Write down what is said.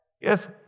Yes